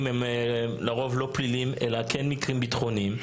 הם לרוב לא פליליים אלא כן מקרים ביטחוניים,